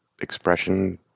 expression